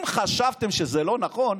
אם חשבתם שזה לא נכון,